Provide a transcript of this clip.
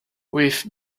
with